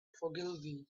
ogilvy